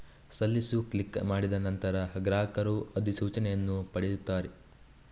ಸಲ್ಲಿಸು ಕ್ಲಿಕ್ ಮಾಡಿದ ನಂತರ, ಗ್ರಾಹಕರು ಅಧಿಸೂಚನೆಯನ್ನು ಪಡೆಯುತ್ತಾರೆ